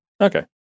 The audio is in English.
okay